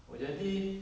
oh jadi